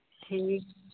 ठीक